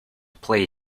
play